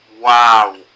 Wow